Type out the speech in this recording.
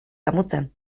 damutzen